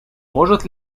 может